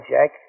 Jack